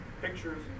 pictures